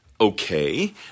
okay